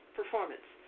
performance